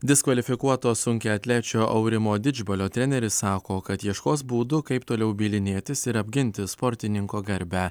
diskvalifikuoto sunkiaatlečio aurimo didžbalio treneris sako kad ieškos būdų kaip toliau bylinėtis ir apginti sportininko garbę